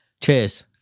Cheers